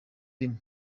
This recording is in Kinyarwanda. rimwe